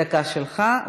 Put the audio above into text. דקה שלך.